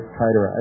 tighter